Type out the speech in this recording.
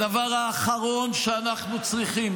הדבר האחרון שאנחנו צריכים,